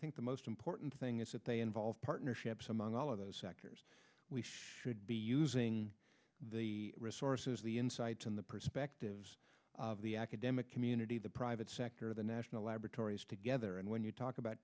think the most important thing is that they involve partnerships among all of those sectors we should be using the resources the insights and the perspectives of the academic community the private sector the national laboratories together and when you talk about